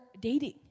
dating